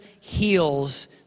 heals